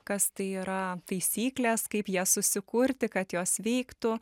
kas tai yra taisyklės kaip jas susikurti kad jos veiktų